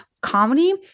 comedy